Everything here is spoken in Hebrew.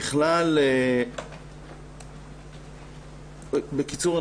בקיצור,